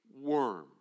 worm